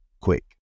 quick